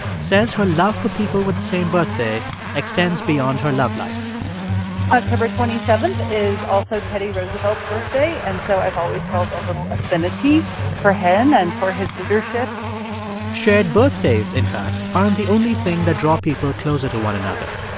says her love for people with the same birthday extends beyond her love life october twenty seven is also teddy roosevelt's birthday, and so i've always felt a little affinity for him and for his leadership shared birthdays, in fact, aren't the only thing that draw people closer to one another.